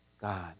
God